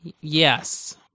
Yes